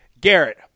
Garrett